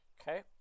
Okay